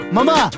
Mama